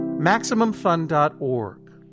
MaximumFun.org